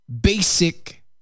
basic